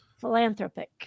Philanthropic